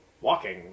walking